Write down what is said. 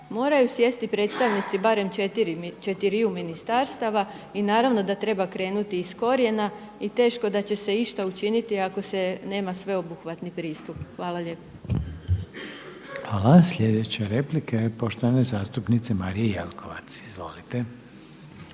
Moraju sjesti predstavnici barem četiriju ministarstava i naravno da treba krenuti iz korijena i teško da će se išta učiniti ako se nema sveobuhvatni pristup. Hvala lijepo. **Reiner, Željko (HDZ)** Hvala. Slijedeća replika je poštovane zastupnice Marije Jelkovac. Izvolite.